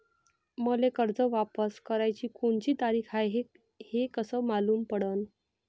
मले कर्ज वापस कराची कोनची तारीख हाय हे कस मालूम पडनं?